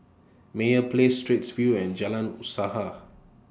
Meyer Place Straits View and Jalan Usaha